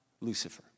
Lucifer